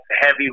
heavy